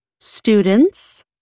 Students